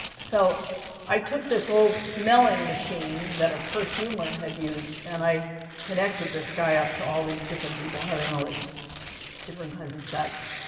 so i took this old smelling machine that a perfumer had used. and i connected this guy up to all these different people having all these different kinds of sex.